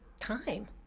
time